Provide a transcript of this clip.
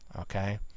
Okay